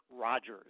Rogers